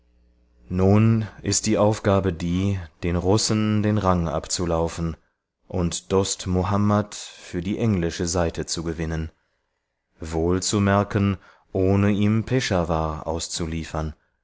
nun ist die aufgabe die den russen den rang abzulaufen und dost muhammad für die englische seite zu gewinnen wohl zu merken ohne ihm peshawar auszuliefern